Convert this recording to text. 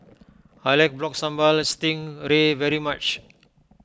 I like Rock Sambal Sting Bray very much